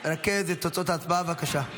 רכז את תוצאות ההצבעה, בבקשה.